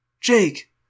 Jake